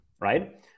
right